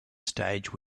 stage